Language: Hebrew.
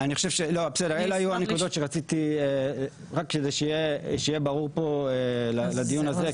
אלו היו הנקודות שרציתי שיהיה ברור פה לדיון הזה,